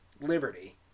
liberty